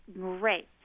Great